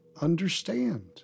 understand